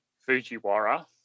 Fujiwara